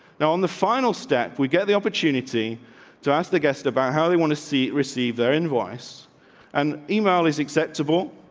now, on the final step, we get the opportunity to ask the guest about how they want to see it received. their invoice on and email is acceptable,